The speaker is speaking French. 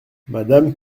madame